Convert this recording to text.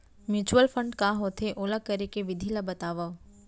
mutual fund का होथे, ओला करे के विधि ला बतावव